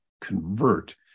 convert